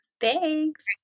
Thanks